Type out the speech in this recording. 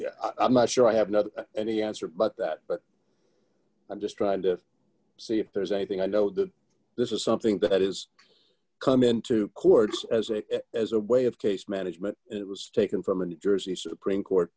of i'm not sure i have not any answer but that but i'm just trying to see if there's anything i know that this is something that is come into courts as a as a way of case management it was taken from a new jersey supreme court